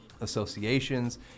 associations